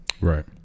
Right